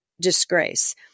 disgrace